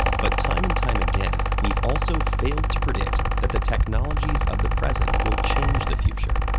but time and time again, we've also failed to predict that the technologies of the present will change the future.